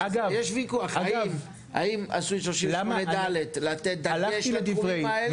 אז יש ויכוח אם עשו את 38(ד) כדי לתת דגש לתחומים האלה.